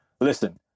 Listen